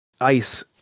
ice